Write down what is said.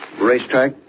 racetrack